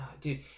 dude